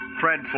Fred